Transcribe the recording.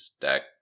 deck